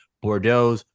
Bordeaux